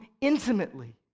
intimately